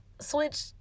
switch